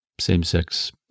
same-sex